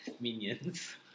Minions